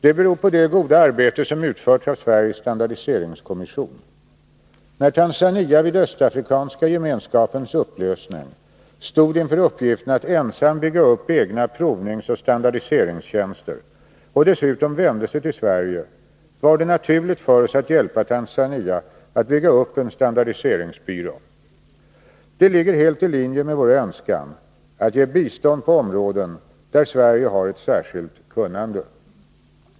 Det beror på det goda arbete som utförts av Sveriges standardiseringskommission. När Tanzania vid Östafrikanska gemenskapens upplösning stod inför uppgiften att ensamt bygga upp egna provningsoch standardiseringstjänster och dessutom vände sig till Sverige var det naturligt för oss att hjälpa Tanzania att bygga upp en standardiseringsbyrå. Det ligger helt i linje med vår önskan att ge bistånd på områden där Sverige har ett särskilt kunnande.